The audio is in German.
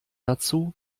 dazu